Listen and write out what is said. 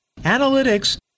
analytics